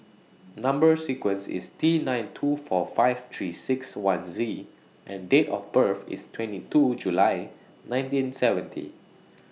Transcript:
Number sequence IS T nine two four five three six one Z and Date of birth IS twenty two July nineteen seventy